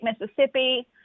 Mississippi